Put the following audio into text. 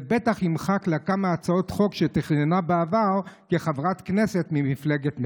זה בטח ימחק לה כמה הצעות חוק שתכננה בעבר כחברת כנסת ממפלגת מרצ.